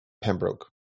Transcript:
Pembroke